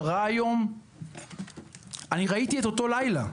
אני ראיתי את אותו לילה.